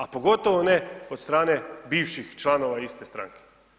A pogotovo ne od strane bivših članova iz te stranke.